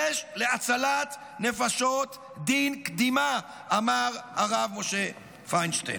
יש להצלת נפשות דין קדימה, אמר הרב משה פיינשטיין,